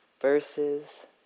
verses